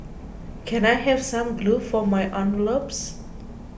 can I have some glue for my envelopes